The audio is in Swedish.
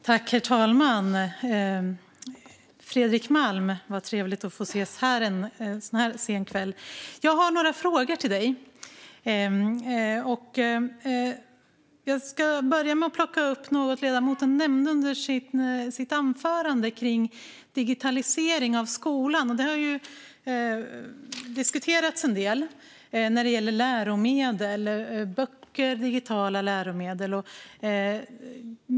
Herr talman! Vad trevligt, Fredrik Malm, att få ses här en sådan här sen kväll! Jag har några frågor till Fredrik Malm. Jag börjar med att ta upp något som ledamoten nämnde under sitt anförande om digitalisering av skolan. Det har ju diskuterats en del när det gäller läromedel - om böcker och digitala läromedel.